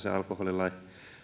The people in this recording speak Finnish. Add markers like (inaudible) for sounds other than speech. (unintelligible) alkoholilain